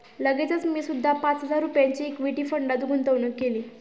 लगेचच मी सुद्धा पाच हजार रुपयांची इक्विटी फंडात गुंतवणूक केली